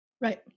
Right